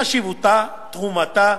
חשיבותה, תרומתה,